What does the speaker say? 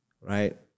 right